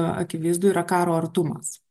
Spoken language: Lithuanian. akivaizdu yra karo artumas